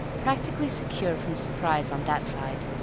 practically secure from surprise on that side,